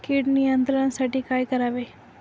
कीड नियंत्रणासाठी काय करावे?